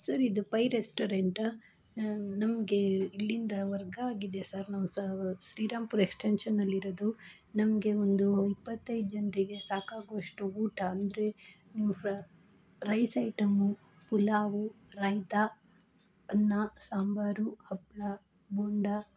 sir ಇದು ಪೈ ರೆಸ್ಟೊರೆಂಟಾ ನಮಗೆ ಇಲ್ಲಿಂದ ವರ್ಗ ಆಗಿದೆ ಸರ್ ನಮ್ಮ ಸಾ ಶ್ರೀರಾಮಪುರ ಎಕ್ಸ್ಟೆನ್ಶನ್ನಲ್ಲಿರೋದು ನಮಗೆ ಒಂದು ಇಪ್ಪತ್ತೈದು ಜನರಿಗೆ ಸಾಕಾಗುವಷ್ಟು ಊಟ ಅಂದರೆ ನೀವು fried rice item pulao raita ಅನ್ನ ಸಾಂಬಾರು ಹಪ್ಪಳ ಬೋಂಡ